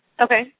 Okay